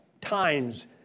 times